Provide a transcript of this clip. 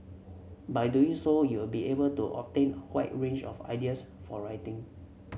by doing so you'll be able to obtain wide range of ideas for writing